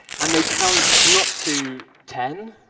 and they count not to ten,